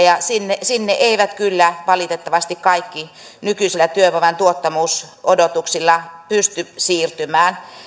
ja sinne sinne eivät kyllä valitettavasti kaikki nykyisillä työvoiman tuottavuusodotuksilla pysty siirtymään